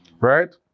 right